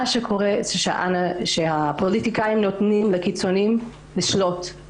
מה שקורה זה שהפוליטיקאים נותנים לקיצוניים לשלוט.